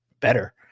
better